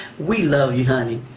we love you honey.